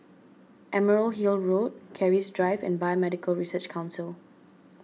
Emerald Hill Road Keris Drive and Biomedical Research Council